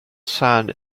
sand